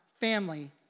family